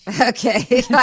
okay